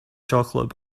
chocolate